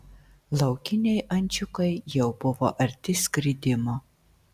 laukiniai ančiukai jau buvo arti skridimo